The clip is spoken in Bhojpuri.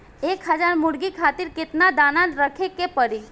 एक हज़ार मुर्गी खातिर केतना दाना रखे के पड़ी?